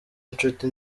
inshuti